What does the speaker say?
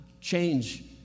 change